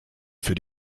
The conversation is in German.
für